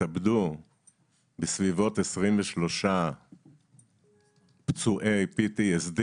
התאבדו בסביבות 23 פצועי PTSD,